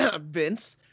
Vince